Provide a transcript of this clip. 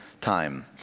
time